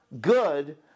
good